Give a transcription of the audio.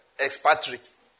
Expatriates